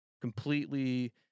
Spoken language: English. completely